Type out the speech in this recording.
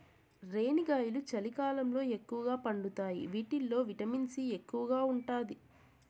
రేణిగాయాలు చలికాలంలో ఎక్కువగా పండుతాయి వీటిల్లో విటమిన్ సి ఎక్కువగా ఉంటాది